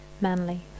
manly